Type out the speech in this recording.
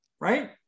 right